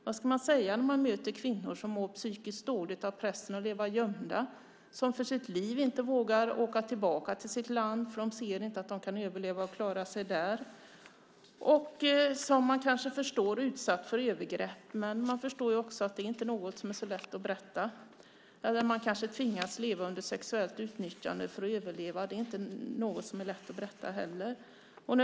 Vad ska man säga när man möter kvinnor som mår psykiskt dåligt över pressen att leva gömda och som för sitt liv inte vågar åka tillbaka till sitt land eftersom de inte ser att de kan överleva och klara sig där? Man förstår att dessa kvinnor blivit utsatta för övergrepp. Men det är inte så lätt att berätta. De kanske tvingas leva under sexuellt utnyttjande för att överleva. Det är inte heller något som är lätt att berätta.